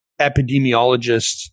epidemiologists